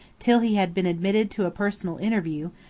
till he had been admitted to a personal interview,